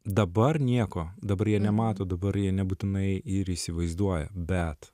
dabar nieko dabar jie nemato dabar jie nebūtinai ir įsivaizduoja bet